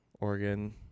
Oregon